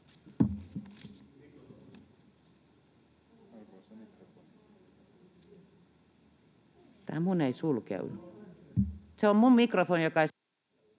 Kiitos!